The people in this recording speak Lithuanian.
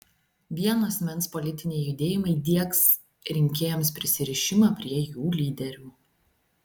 vieno asmens politiniai judėjimai diegs rinkėjams prisirišimą prie jų lyderių